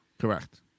Correct